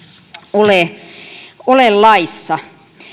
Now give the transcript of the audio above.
ole ole laissa